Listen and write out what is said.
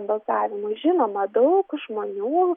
balsavimui žinoma daug žmonių